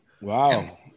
wow